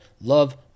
love